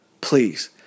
Please